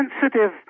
sensitive